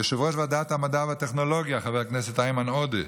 ליושב-ראש ועדת המדע והטכנולוגיה חבר הכנסת איימן עודה,